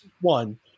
one